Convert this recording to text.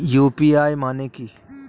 UPI মানে কি?